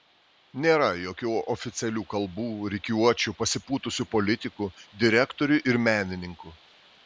nėra jokių oficialių kalbų rikiuočių pasipūtusių politikų direktorių ir menininkų